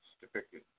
depicted